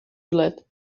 gillett